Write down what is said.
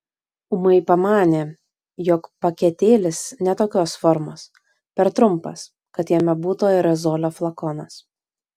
ūmai pamanė jog paketėlis ne tokios formos per trumpas kad jame būtų aerozolio flakonas